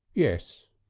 yes.